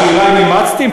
השאלה אם אימצתם,